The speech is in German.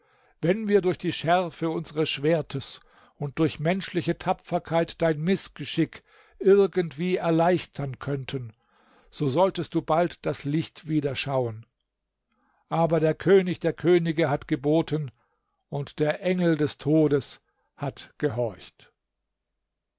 wenn wir durch die schärfe unseres schwertes und durch menschliche tapferkeit dein mißgeschick irgendwie erleichtern könnten so solltest du bald das licht wieder schauen aber der könig der könige hat geboten und der engel des todes hat gehorcht